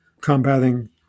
combating